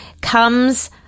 comes